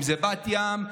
אם זה בת ים,